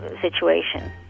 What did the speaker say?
situation